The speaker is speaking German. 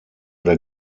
der